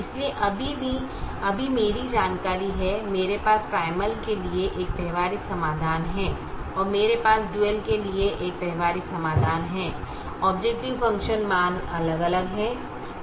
इसलिए अभी मेरी जानकारी है मेरे पास प्राइमल के लिए एक व्यावहारिक समाधान है और मेरे पास डुअल के लिए एक व्यावहारिक समाधान है ऑबजेकटिव फ़ंक्शन मान अलग अलग हैं